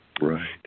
Right